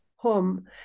home